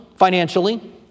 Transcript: Financially